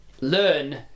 learn